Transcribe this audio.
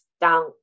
down